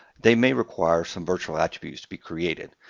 they may require some virtual attributes to be created.